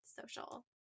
social